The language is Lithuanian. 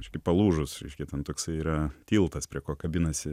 biškį palūžusreiškia ten toksai yra tiltas prie ko kabinasi